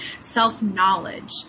self-knowledge